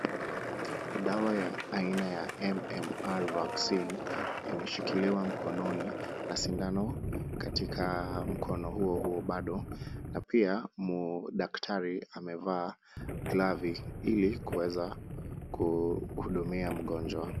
Dawa ya aina ya MMR vaccine imeshikiliwa mkononi na sindano katika mkono huo huo bado na pia daktari amevaa glavi ili kuweza kuhudumia mgonjwa.